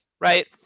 Right